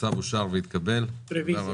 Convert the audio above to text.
הצבעה צו רשות הספנות והנמלים (הכרזה על